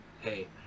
hey